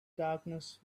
darkness